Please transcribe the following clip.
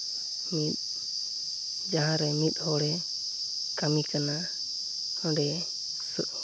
ᱱᱤᱛ ᱡᱟᱦᱟᱸ ᱨᱮ ᱢᱤᱫ ᱦᱚᱲᱮ ᱠᱟᱹᱢᱤ ᱠᱟᱱᱟ ᱚᱸᱰᱮ